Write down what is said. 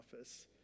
office